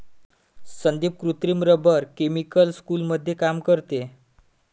संदीप कृत्रिम rubber chemical स्कूलमध्ये काम करते